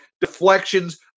deflections